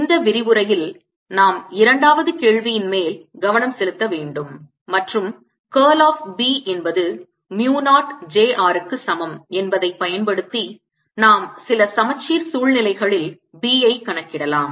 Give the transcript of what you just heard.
இந்த விரிவுரையில் நாம் இரண்டாவது கேள்வியின் மேல் கவனம் செலுத்த வேண்டும் மற்றும் curl of B என்பது mu 0 j r க்கு சமம் என்பதைப் பயன்படுத்தி - நாம் சில சமச்சீர் சூழ்நிலைகளில் B ஐ கணக்கிடலாம்